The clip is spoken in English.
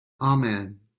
Amen